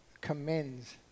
commends